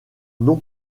non